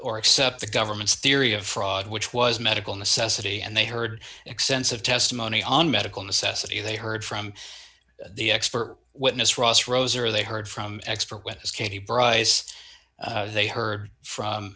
accept the government's theory of fraud which was medical necessity and they heard extensive testimony on medical necessity they heard from the expert witness ross rose or they heard from expert witness katie price they heard from